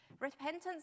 Repentance